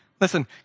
Listen